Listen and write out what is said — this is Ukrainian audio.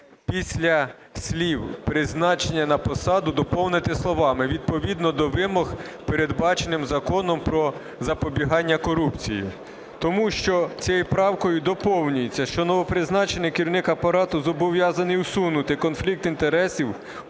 після слів "призначення на посаду" доповнити словами "відповідно до вимог, передбачених Законом "Про запобігання корупції". Тому що цією правкою доповнюється, що новопризначений керівник апарату зобов'язаний усунути конфлікт інтересів